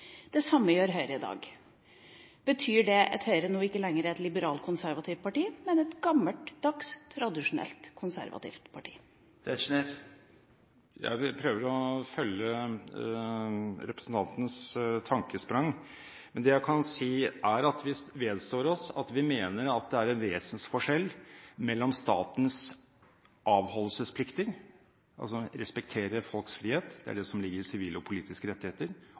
Det samme gjør Høyre i dag. Betyr det at Høyre nå ikke lenger er et liberalt, konservativt parti, men et gammeldags, tradisjonelt, konservativt parti? Jeg prøver å følge representantens tankesprang, men det jeg kan si, er at vi vedstår oss at vi mener at det er en vesensforskjell mellom statens avholdelsesplikter – altså det å respektere folks frihet, det er det som ligger i sivile og politiske rettigheter